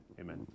Amen